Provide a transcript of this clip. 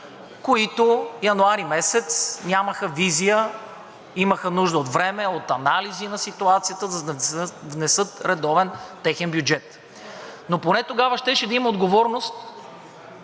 които януари месец нямаха визия, имаха нужда от време, от анализи на ситуацията, за да внесат редовен техен бюджет. Но поне тогава щеше да има отговорност